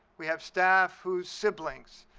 we have staff whose siblings,